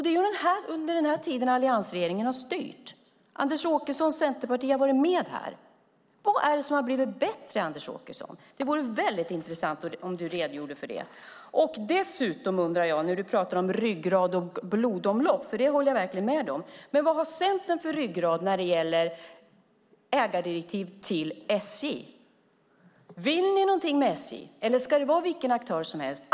Det är under denna tid alliansregeringen har styrt. Anders Åkessons centerparti har varit med. Vad är det som har blivit bättre, Anders Åkesson? Det vore intressant om du redogjorde för det. Anders Åkesson talar om ryggrad och blodomlopp, vilket jag håller med om. Men vad har Centern för ryggrad när det gäller ägardirektiv till SJ? Vill ni något med SJ eller ska det vara vilken aktör som helst?